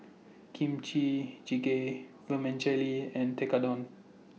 Kimchi Jjigae Vermicelli and Tekkadon